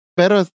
pero